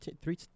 three